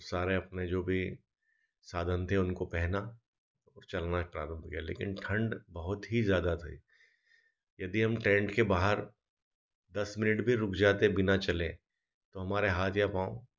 सारे अपने जो भी साधन थे उनको पहना और चलना प्रारम्भ किया लेकिन ठण्ड बहुत ही ज़्यादा थी यदि हम टेन्ट के बाहर दस मिनट भी रुक जाते बिना चले तो हमारे हाथ या पाँव